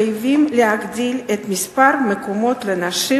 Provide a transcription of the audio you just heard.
חייבים להגדיל את מספר המקומות לנשים